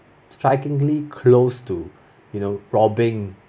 strikingly close to you know robing